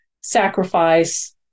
sacrifice